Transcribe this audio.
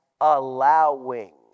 allowing